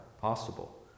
possible